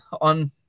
on